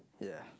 ya